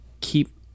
keep